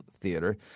theater